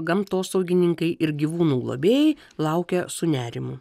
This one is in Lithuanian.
gamtosaugininkai ir gyvūnų globėjai laukia su nerimu